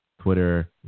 Twitter